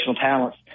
talents